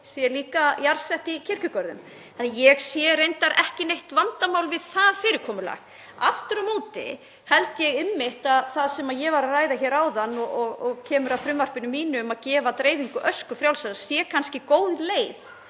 sé líka jarðsett í kirkjugörðum. Ég sé reyndar ekki neitt vandamál við það fyrirkomulag. Aftur á móti held ég einmitt að það sem ég var að ræða hér áðan og snýr að frumvarpinu mínu um að gefa dreifingu ösku frjálsa sé kannski góð leið